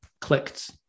clicked